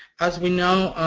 as we know,